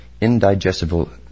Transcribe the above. indigestible